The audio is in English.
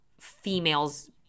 females